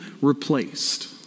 replaced